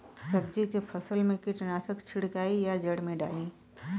सब्जी के फसल मे कीटनाशक छिड़काई या जड़ मे डाली?